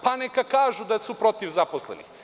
Pa neka kažu da su protiv zaposlenih.